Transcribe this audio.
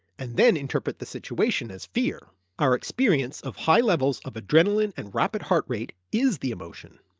and then interpret the situation as fear. our experience of high levels of adrenaline and rapid heart rate is the emotion.